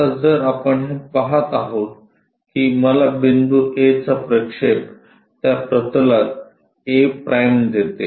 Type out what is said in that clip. आता जर आपण हे पहात आहोत की मला बिंदू A चा प्रक्षेप त्या प्रतलात a' देते